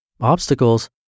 obstacles